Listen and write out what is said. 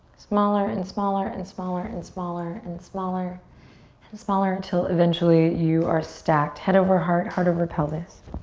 smaller and smaller and smaller and smaller and smaller and smaller until eventually you are stacked head over heart, heart over pelvis.